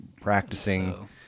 practicing